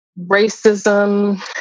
racism